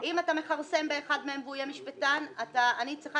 אם אתה מכרסם באחד מהם והוא יהיה משפטן, אני צריכה